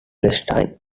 palestine